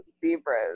zebras